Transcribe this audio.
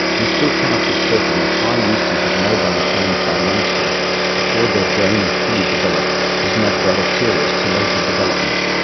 we still cannot be certain that high usage of mobile phones by youngsters before their brain is fully developed is not deleterious to later development.